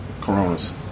Corona's